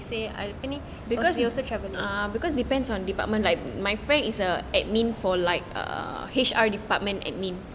say apa ni because you also travelling